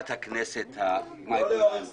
חברת הכנסת ה- -- לא לאורך זמן.